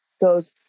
goes